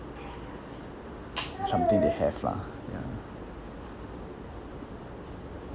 something they have lah ya